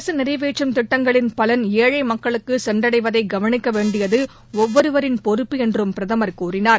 அரசு நிறைவேற்றும் திட்டங்களின் பலன் ஏழை மக்களுக்கு சென்றடைவதை கவனிக்க வேண்டியது ஒவ்வொருவரின் பொறுப்பு என்றும் பிரதமர் கூறினார்